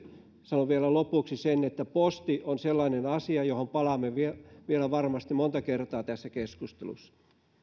sanon vielä lopuksi sen että posti on sellainen asia johon varmasti palaamme vielä vielä monta kertaa tässä keskustelussa